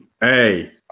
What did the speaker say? Hey